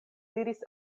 diris